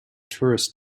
tourist